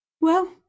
Well